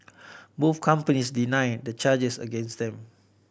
both companies deny the charges against them